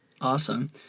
Awesome